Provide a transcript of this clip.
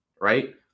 right